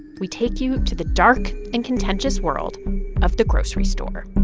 we take you to the dark and contentious world of the grocery store